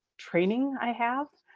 training i have,